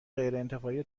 غیرانتفاعی